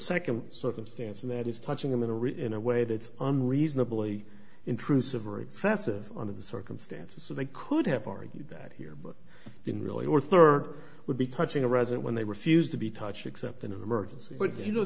second circumstance that is touching them in a real in a way that's unreasonably intrusive or excessive under the circumstances so they could have argued that here but didn't really or third would be touching a resident when they refused to be touched except in an emergency but you know